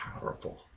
powerful